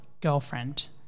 girlfriend